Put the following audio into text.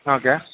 okay